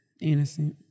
Innocent